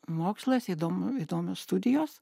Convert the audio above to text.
mokslas įdom įdomios studijos